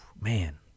man